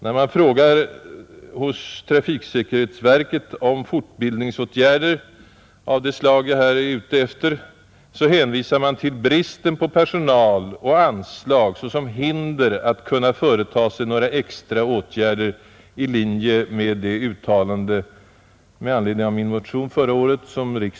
När man frågar hos trafiksäkerhetsverket om fortbildningsåtgärder av det slag jag här är ute efter, hänvisar man till bristen på personal och anslag såsom hinder för att man skall kunna vidta några extra åtgärder i linje med det uttalande som riksdagen gjorde med anledning av min motion förra året.